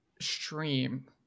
stream